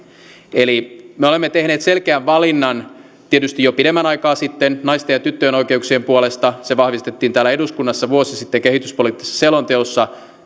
eli me olemme tehneet selkeän valinnan tietysti jo pidemmän aikaa sitten naisten ja tyttöjen oikeuksien puolesta se vahvistettiin täällä eduskunnassa vuosi sitten kehityspoliittisessa selonteossa